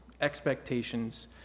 expectations